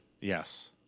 Yes